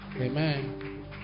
Amen